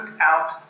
out